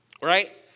right